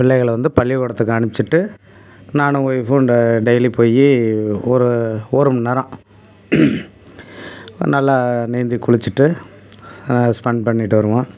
பிள்ளைகளை வந்து பள்ளிக்கூடத்துக்கு அனுப்பிச்சிட்டு நானும் ஒய்ஃபும் டெ டெய்லி போய் ஒரு ஒரு மண் நேரம் நல்லா நீந்தி குளிச்சிவிட்டு ஸ்பென்ட் பண்ணிவிட்டு வருவோம்